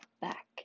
back